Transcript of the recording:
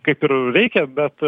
kaip ir reikia bet